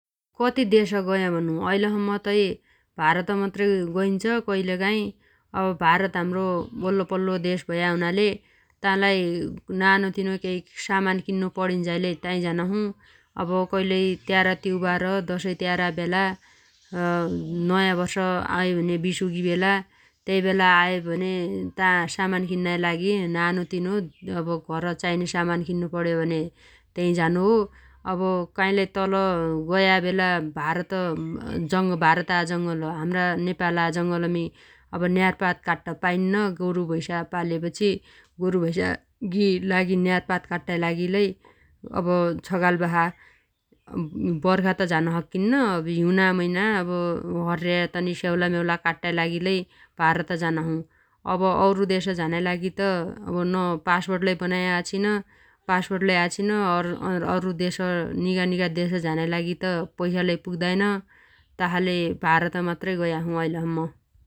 कति देश गया भनु ऐलसम्म तै भारत मात्रै गइन्छ कइल काइ । अब भारत हाम्रो वल्लो पल्लो देश भया हुनाले तालाइ नानो तिनो केइ सामान किन्नो पणिन्झाइ लै ताइ झानाछू । अब कइलै त्यार त्युबार दशै त्यारा बेला नयाँ वर्ष आयो भने विशुगी बेला त्यै बेला आयभने ता सामान किन्नाइ लागि नानो तिनो अब घर चाइने सामान किन्नो पण्यो भने त्यै झानो हो । अब काइलाइ तल गया बेला भारत -भारता ज‌ङल हाम्रा नेपाला जंङलमी अब न्यारपात काट्ट पाइन्न । गोरु भुइसा पालेपछी गोरु भइसागी लागी न्यार पात काट्टाइ लागि लै अब छगाल बासा वर्खा त झान सक्किन्न अब हिउना मैना अब हर्र्या तनि स्याउला म्याउला काट्टाइ लागि लै भारत झानाछू । अब औरु देश झानाइ लागि त अब न पासपोर्ट लै बनाया आछिन । पासपोर्ट लै आछिन । अरु देश निगा निगा देश झानाइ लागि त पैसा लै पुग्दाइन । तासाले भारत मात्र गया छु ऐले सम्म ।